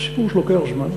זה סיפור שלוקח זמן,